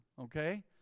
okay